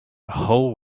whole